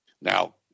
Now